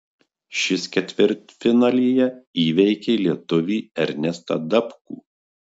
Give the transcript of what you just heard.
šis ketvirtfinalyje įveikė lietuvį ernestą dapkų